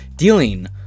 Dealing